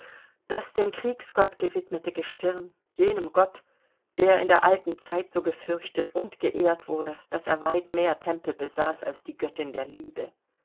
das dem kriegsgott gewidmete gestirn jenem gott der in der alten zeit so gefürchtet und geehrt wurde daß er weit mehr tempel besaß als die göttin der liebe